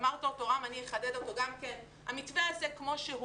המתווה הזה כמו שהוא